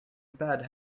bad